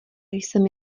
jsem